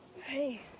Hey